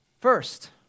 First